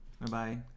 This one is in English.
Bye-bye